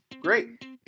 Great